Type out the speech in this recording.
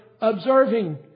observing